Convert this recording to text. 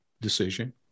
decision